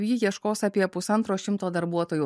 ji ieškos apie pusantro šimto darbuotojų